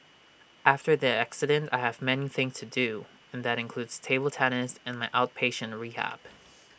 after the accident I have many things to do and that includes table tennis and my outpatient rehab